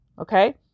Okay